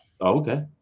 Okay